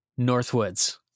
Northwoods